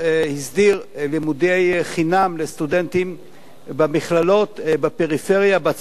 לימודי חינם לסטודנטים במכללות בפריפריה בצפון ובדרום,